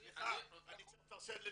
סליחה, אני צריך לפרסם,